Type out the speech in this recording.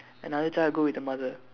another child will go with the mother